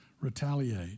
retaliate